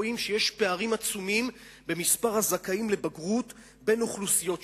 רואים שיש פערים עצומים במספר הזכאים לבגרות בין אוכלוסיות שונות,